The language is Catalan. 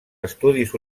estudis